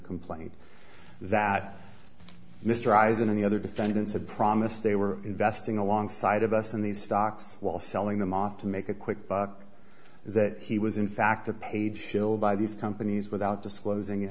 complaint that mr eyes and the other defendants had promised they were investing alongside of us in these stocks while selling them off to make a quick buck that he was in fact a page filled by these companies without disclosing